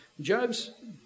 Job's